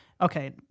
Okay